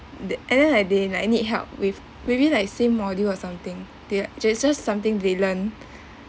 they and then like they like need help with maybe like same module or something they are just something they learn